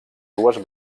dues